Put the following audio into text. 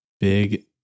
Big